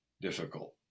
difficult